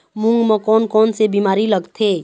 मूंग म कोन कोन से बीमारी लगथे?